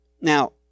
Now